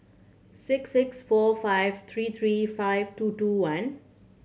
six six four five three three five two two one